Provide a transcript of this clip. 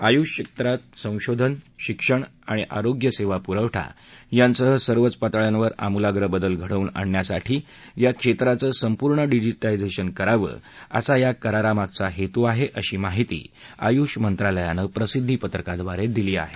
आयुष क्षेत्रात संशोधन शिक्षण आणि आरोग्य सेवा पुरठा यांसह सर्वच पातळ्यांवर आमुलाग्र बदल घडवून आणण्यासाठी या क्षेत्राचं संपूर्ण डिझीटाझेशन करावं असा या करारामागचा हेतू आहे अशी माहिती आयुष मंत्रालयानं प्रसिद्धीपत्रकाद्वारे दिली आहे